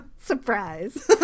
Surprise